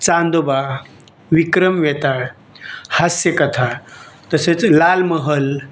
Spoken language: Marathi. चांदोबा विक्रमवेताळ हास्यकथा तसेच लालमहल